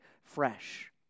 fresh